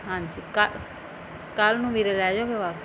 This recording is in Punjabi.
ਹਾਂਜੀ ਕ ਕੱਲ੍ਹ ਨੂੰ ਵੀਰੇ ਲੈ ਜਾਓਗੇ ਵਾਪਸ